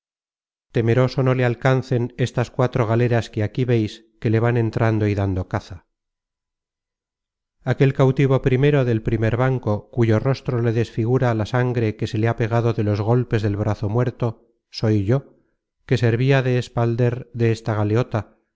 temeroso no le alcancen estas cuatro galeras que aquí veis que le van entrando y dando caza aquel cautivo primero del primer banco cuyo rostro le desfigura la sangre que se le ha pegado de los golpes del brazo muerto soy yo que servia de espalder en esta galeota